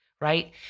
right